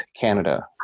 Canada